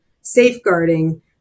safeguarding